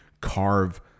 carve